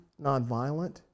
nonviolent